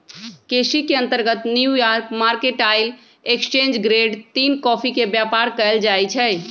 केसी के अंतर्गत New York Mercantile Exchange grade तीन कॉफी के व्यापार कएल जाइ छइ